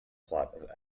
plot